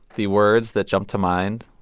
the words that jumped to mind,